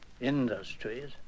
industries